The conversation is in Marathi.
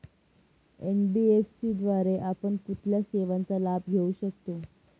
एन.बी.एफ.सी द्वारे आपण कुठल्या सेवांचा लाभ घेऊ शकतो?